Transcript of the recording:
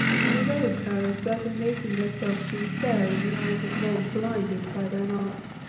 and with other powers, that of making thyself seem fair in the eyes of men blinded by thine arts.